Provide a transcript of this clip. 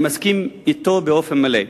אני מסכים אתו באופן מלא,